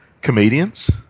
comedians